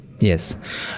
Yes